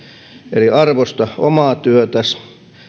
eli arvosta omaa työtäsi